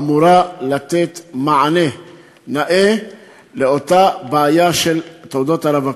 אמורה לתת מענה נאה לאותה בעיה של תעודות הרווקות.